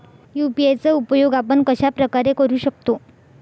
UPI चा उपयोग आपण कशाप्रकारे करु शकतो?